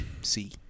see